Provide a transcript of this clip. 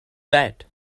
that